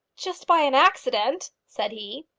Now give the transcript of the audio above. just by an accident, said he.